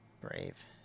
Brave